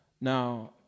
Now